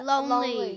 Lonely